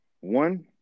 One